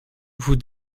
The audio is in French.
vous